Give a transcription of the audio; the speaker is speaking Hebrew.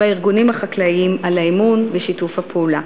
והארגונים החקלאיים, על האמון ושיתוף הפעולה.